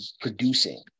producing